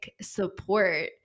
support